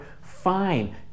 fine